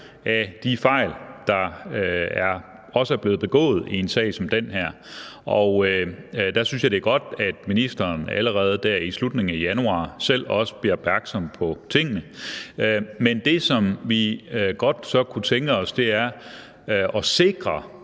af de fejl, der også er blevet begået i en sag som den her. Og der synes jeg, det er godt, at ministeren allerede i slutningen af januar også selv bliver opmærksom på tingene. Men det, som vi godt kunne tænke os, er så at sikre,